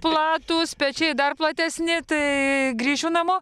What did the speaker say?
platūs pečiai dar platesni tai grįšiu namo